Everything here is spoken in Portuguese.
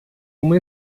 uma